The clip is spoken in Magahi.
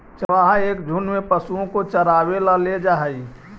चरवाहा एक झुंड में पशुओं को चरावे ला ले जा हई